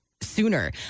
sooner